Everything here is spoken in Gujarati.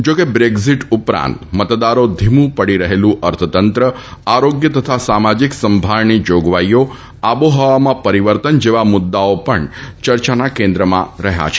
જોકે બ્રેક્ઝીટ ઉપરાંત મતદારી માટે ધીમું પડી રહેલું અર્થતંત્ર આરોગ્ય તથા સામાજીક સંભાળની જોગવાઈઓ આબોહવામાં પરિવર્તન જેવા મુદ્દાઓ પણ ચર્ચાના કેન્દ્રમાં રહ્યા છે